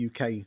UK